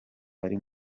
bari